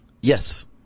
Yes